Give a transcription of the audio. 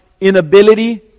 inability